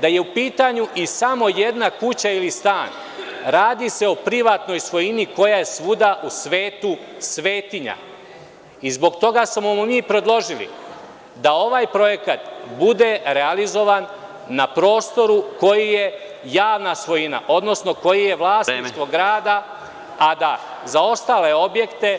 Da je u pitanju samo jedna kuća ili stan, radi se o privatnoj svojini koja je svuda u svetu svetinja i zbog toga smo predložili da ovaj projekat bude realizovan na prostoru koji je javna svojina, odnosno koji je vlasništvo grada, a da za ostale objekte